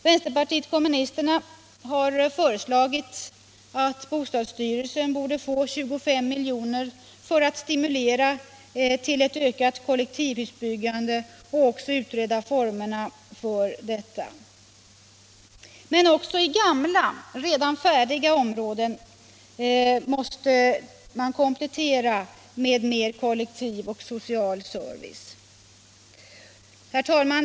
Vänsterpartiet kommunisterna har föreslagit att bostadsstyrelsen skall få 25 miljoner för att stimulera till ett ökat kollektivhusbyggande och även utreda formerna för detta. Men också gamla och redan färdiga områden måste kompletteras med mer kollektiv och social service. Herr talman!